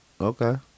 Okay